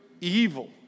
evil